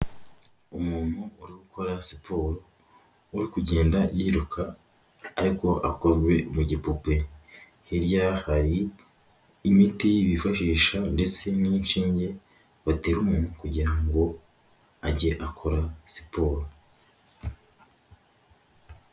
Umuntu uri ukora siporo, uri kugenda yiruka ariko akozwe mu gipupe; hirya hari imiti bifashisha ndetse n'inshinge batera umuntu kugira ngo ajye akora siporo.